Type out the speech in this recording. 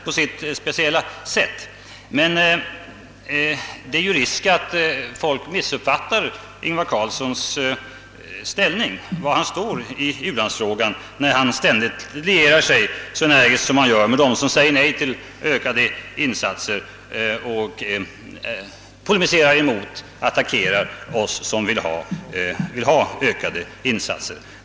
Men risken är att folk missuppfattar Ingvar Carlssons ställning i u-landsfrågan, när han ständigt så energiskt lierar sig med dem, som säger nej till ökade insatser, och polemiserar mot och attackerar oss som vill ha ökade insatser.